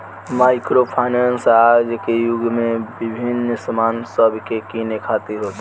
micro finance आज के युग में विभिन्न सामान सब के किने खातिर होता